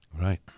Right